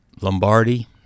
Lombardi